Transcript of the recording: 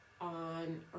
on